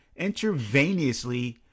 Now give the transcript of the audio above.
intravenously